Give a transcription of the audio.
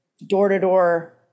door-to-door